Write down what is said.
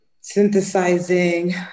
synthesizing